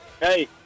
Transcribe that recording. Hey